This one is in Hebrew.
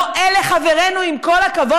לא אלה חברינו, עם כל הכבוד.